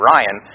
Ryan